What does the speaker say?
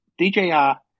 DJR